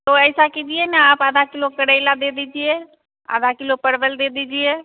तो ऐसा कीजिए ना आप आधा किलो करेला दे दीजिए आधा किलो परवल दे दीजिए